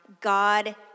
God